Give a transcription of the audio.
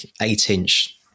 eight-inch